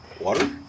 water